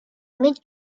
mid